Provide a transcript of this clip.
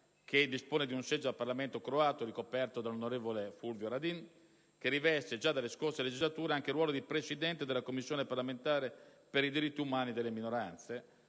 che dispone di un seggio al Parlamento croato, ricoperto dall'onorevole Furio Radin, che riveste, già dalle scorse legislature, anche il ruolo di presidente della Commissione parlamentare per i diritti umani e delle minoranze.